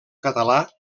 català